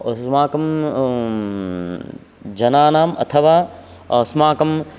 अस्माकं जनानाम् अथवा अस्माकम्